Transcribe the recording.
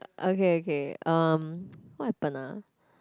okay okay um what happen ah